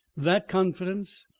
that confidence,